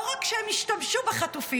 לא רק שהם השתמשו בחטופים,